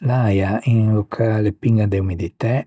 L'äia in un locale piña de umiditæ,